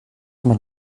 man